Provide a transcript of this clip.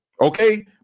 okay